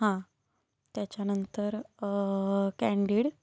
हां त्याच्यानंतर कँडीड